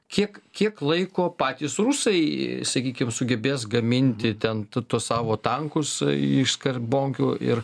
kiek kiek laiko patys rusai sakykim sugebės gaminti ten tuos savo tankus iš skarbonkių ir